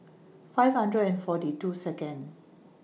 five hundred and forty two Second